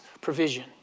provision